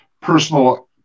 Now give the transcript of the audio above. personal